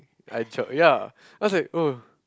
I ya I was like !urgh!